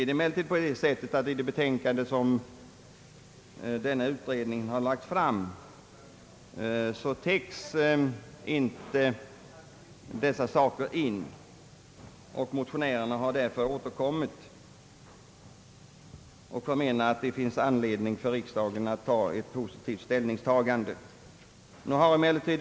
Det betänkande som denna utredning har lagt fram täcker dock inte allt, och motionärerna har därför återkommit. De anser att det finns anledning för riksdagen till ett positivt ställningstagande.